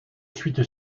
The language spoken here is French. suite